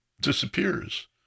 disappears